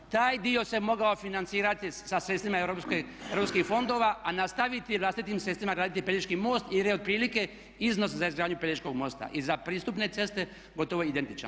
Taj dio se mogao financirati sa sredstvima europskih fondova, a nastaviti vlastitim sredstvima graditi Pelješki most jer je otprilike iznos za izgradnju Pelješkog mosta i za pristupne ceste gotovo identičan.